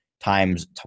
times